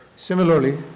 similarly,